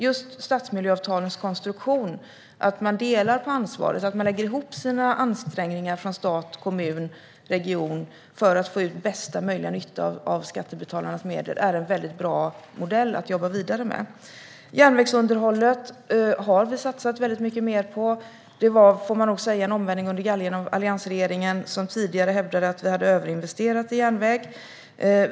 Just stadsmiljöavtalens konstruktion - att man delar på ansvaret och att stat, kommun och region lägger ihop sina ansträngningar för att få ut största möjliga nytta av skattebetalarnas medel - är en väldigt bra modell att jobba vidare med. Vi har satsat väldigt mycket mer på järnvägsunderhållet. Man får väl säga att alliansregeringen gjorde en omvändning under galgen. De hävdade att vi tidigare hade överinvesterat i järnväg.